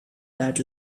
that